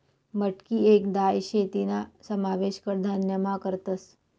मटकी येक दाय शे तीना समावेश कडधान्यमा करतस